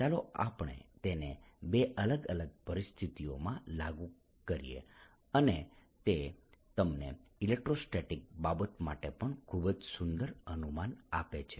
ચાલો હવે આપણે તેને બે અલગ અલગ પરિસ્થિતિઓમાં લાગુ કરીએ અને તે તમને ઇલેક્ટ્રોસ્ટેટિક બાબત માટે પણ ખૂબ જ સુંદર અનુમાન આપે છે